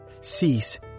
cease